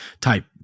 type